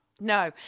No